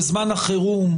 בזמן החירום,